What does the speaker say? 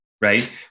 Right